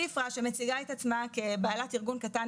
שפרה שמציגה את עצמה כבעלת ארגון קטן,